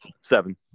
Seven